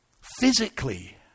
physically